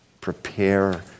Prepare